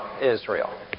Israel